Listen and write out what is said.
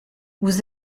vous